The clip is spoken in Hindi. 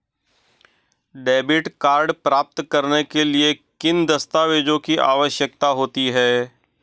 डेबिट कार्ड प्राप्त करने के लिए किन दस्तावेज़ों की आवश्यकता होती है?